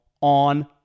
on